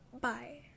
Bye